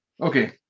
Okay